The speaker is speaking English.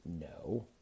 No